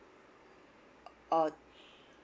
or